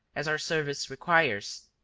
as our service requires,